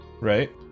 Right